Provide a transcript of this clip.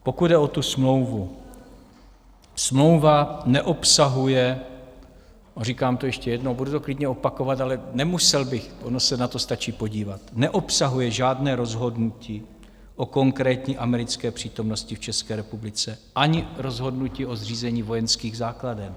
Pokud jde o tu smlouvu, smlouva neobsahuje a říkám to ještě jednou a budu to klidně opakovat, ale nemusel bych, ono se na to stačí podívat neobsahuje žádné rozhodnutí o konkrétní americké přítomnosti v České republice ani rozhodnutí o zřízení vojenských základen.